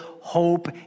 hope